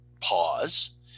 pause